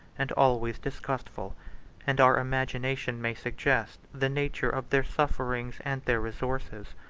and always disgustful and our imagination may suggest the nature of their sufferings and their resources.